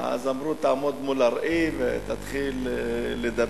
אז אמרו: תעמוד מול הראי ותתחיל לדבר,